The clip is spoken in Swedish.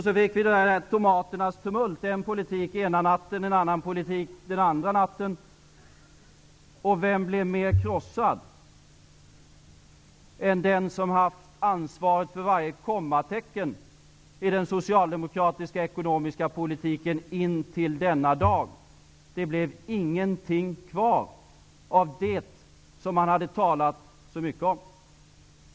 Så fick vi tomaternas tumult -- en politik den ena natten och en annan politik den andra natten. Vem blev mer krossad än den som har haft ansvaret för varje kommatecken i den socialdemokratiska ekonomiska politiken intill denna dag? Det blev ingenting kvar av det som man hade talat så mycket om.